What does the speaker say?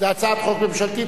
זו הצעת חוק ממשלתית.